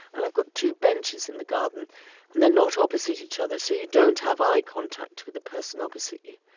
and i've got two benches in the garden and they're not opposite each other so you don't have eye contact with the person opposite you.